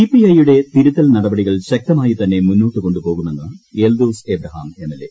സിപിഐയുടെ തിരുത്തൽ നടപടികൾ ശക്തമായിത്തന്നെ മുന്നോട്ടു കൊണ്ടുപോകുമെന്ന് എൽദോസ് എബ്രഹാം എംഎൽഎ